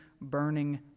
burning